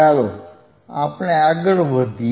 ચાલો આપણે આગળ વધીએ